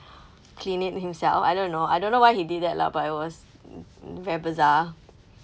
clean it himself I don't know I don't know why he did that lah but it was mm very bizarre